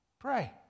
Pray